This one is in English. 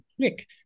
quick